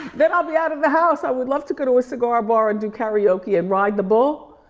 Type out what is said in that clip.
then i'll be out of the house. i would love to go to a cigar bar and do karaoke and ride the bull.